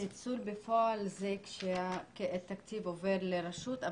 אז ניצול בפועל זה כשהתקציב עובר לרשות,